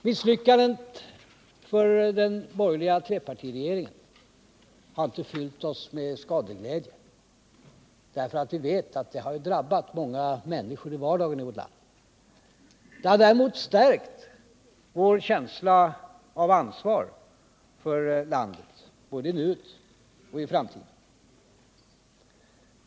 Misslyckandet för den borgerliga trepartiregeringen har inte fyllt oss med skadeglädje. Vi vet att det har drabbat många människor i vardagen i vårt land. Det har däremot stärkt vår känsla av ansvar för landet, både nu och i framtiden.